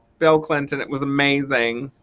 bill clinton it was amazing.